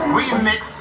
Remix